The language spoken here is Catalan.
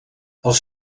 els